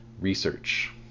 Research